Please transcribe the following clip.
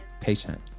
patient